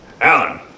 Alan